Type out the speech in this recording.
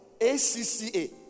ACCA